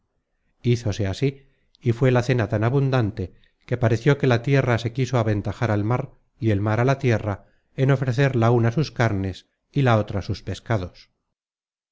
inujeres hízose así y fué la cena tan abundante que pareció que la tierra se quiso aventajar al mar y el mar a la tierra en ofrecer la una sus carnes y la otra sus pescados